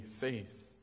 faith